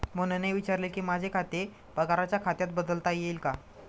मोहनने विचारले की, माझे खाते पगाराच्या खात्यात बदलता येईल का